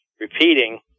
repeating